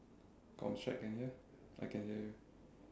comms check can hear I can hear you